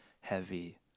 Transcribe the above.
heavy